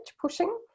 pushing